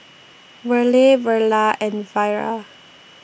Verle Verla and Vira